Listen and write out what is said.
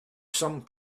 some